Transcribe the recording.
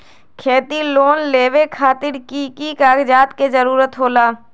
खेती लोन लेबे खातिर की की कागजात के जरूरत होला?